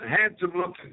handsome-looking